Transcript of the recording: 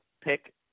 pick